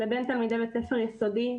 לבין תלמידי בית ספר יסודי,